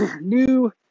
new